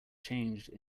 changed